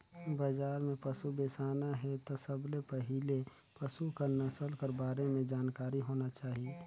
बजार में पसु बेसाना हे त सबले पहिले पसु कर नसल कर बारे में जानकारी होना चाही